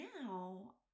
now